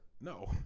No